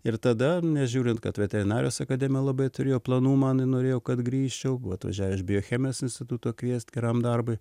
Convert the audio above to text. ir tada nežiūrint kad veterinarijos akademija labai turėjo planų man norėjo kad grįžčiau buvo atvažiavę iš biochemijos instituto kviest geram darbui